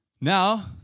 Now